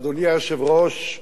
אדוני היושב-ראש,